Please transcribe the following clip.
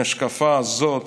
מהשקפה הזאת